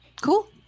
Cool